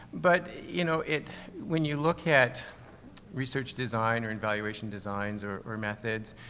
but, you know, it when you look at research design or evaluation designs or, or methods,